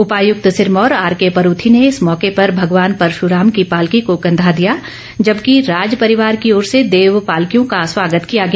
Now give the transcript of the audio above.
उपायुक्त सिरमौर आरके परूथी ने इस मौके पर भगवान परशुराम की पालकी को कंधा दिया जबकि राज परिवार की ओर से देव पालकियों का स्वागत किया गया